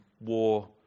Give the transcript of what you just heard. war